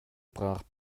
brach